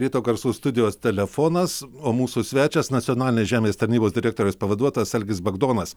ryto garsų studijos telefonas o mūsų svečias nacionalinės žemės tarnybos direktoriaus pavaduotojas algis bagdonas